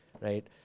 right